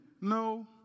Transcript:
No